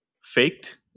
faked